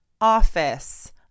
office